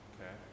Okay